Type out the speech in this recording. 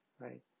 right